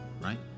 right